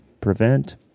prevent